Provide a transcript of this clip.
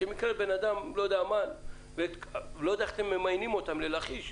אני לא יודע איך אתם ממיינים אותם ללכיש,